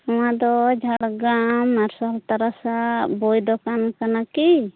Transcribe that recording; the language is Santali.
ᱱᱚᱶᱟ ᱫᱚ ᱡᱷᱟᱲᱜᱨᱟᱢ ᱢᱟᱨᱥᱟᱞ ᱛᱟᱨᱟᱥᱟᱜ ᱵᱳᱭ ᱫᱚᱠᱟᱱ ᱠᱟᱱᱟ ᱠᱤ